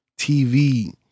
TV